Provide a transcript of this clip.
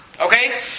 okay